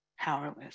powerless